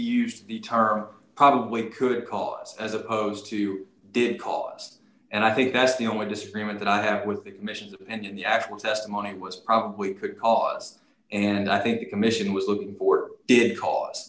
used the term probably could cause as opposed to did cost and i think that's the only disagreement that i have with the mission and the actual testimony was probably because and i think the mission was looking for did cause